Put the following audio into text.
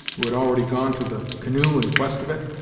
who had already gone to the canoe in quest of it.